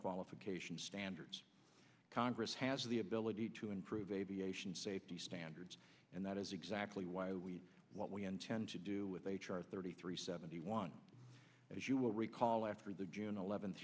qualification standards congress has the ability to improve aviation safety standards and that is exactly why we what we intend to do with h r thirty three seventy one as you will recall after the june eleven